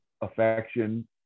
affection